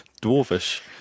Dwarfish